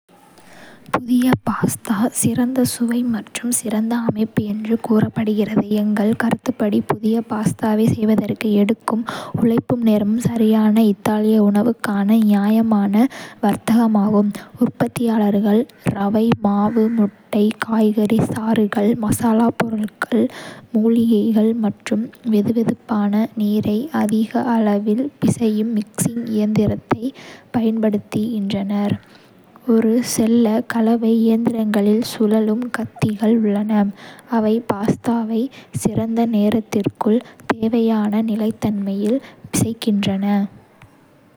புதிய பாஸ்தா சிறந்த சுவை மற்றும் சிறந்த அமைப்பு என்று கூறப்படுகிறது. எங்கள் கருத்துப்படி, புதிய பாஸ்தாவைச் செய்வதற்கு எடுக்கும் உழைப்பும் நேரமும் சரியான இத்தாலிய உணவுக்கான நியாயமான வர்த்தகமாகும். உற்பத்தியாளர்கள் ரவை மாவு, முட்டை, காய்கறி சாறுகள், மசாலாப் பொருட்கள், மூலிகைகள் மற்றும் வெதுவெதுப்பான நீரை அதிக அளவில் பிசையும் மிக்ஸிங் இயந்திரத்தைப் பயன்படுத்துகின்றனர். ஒரு செல்ல. கலவை இயந்திரங்களில் சுழலும் கத்திகள் உள்ளன, அவை பாஸ்தாவை சிறிது நேரத்திற்குள் தேவையான நிலைத்தன்மையில் பிசைகின்றன.